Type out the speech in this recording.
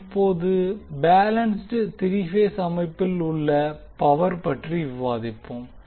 நாம் இப்போது balanced three phase அமைப்பில் உள்ள பவர் பற்றி விவாதிப்போம்